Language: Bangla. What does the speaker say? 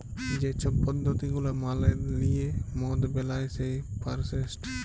যে ছব পদ্ধতি গুলা মালে লিঁয়ে মদ বেলায় সেই পরসেসট